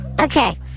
Okay